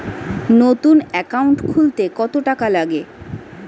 নতুন একাউন্ট খুলতে কত টাকা লাগে?